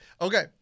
Okay